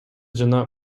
жана